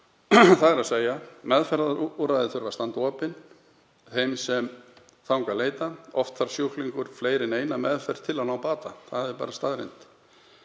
Það er að segja: meðferðarúrræði þurfa að standa opin þeim sem þangað leita, oft þarf sjúklingur fleiri en eina meðferð til að ná bata. Eftirfylgni sjúklinga